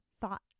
thought